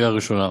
קריאה ראשונה.